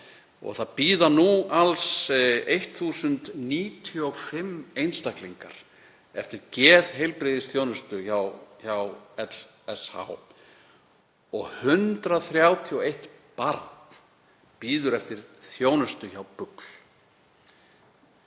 Nú bíða alls 1.095 einstaklingar eftir geðheilbrigðisþjónustu hjá LSH og 131 barn bíður eftir þjónustu hjá BUGL.